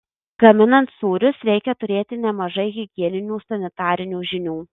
gaminant sūrius reikia turėti nemažai higieninių sanitarinių žinių